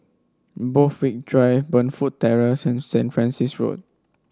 Borthwick Drive Burnfoot Terrace and Saint Francis Road